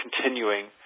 continuing